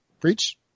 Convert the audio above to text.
Preach